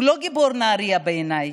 הוא לא גיבור נהריה בעיניי,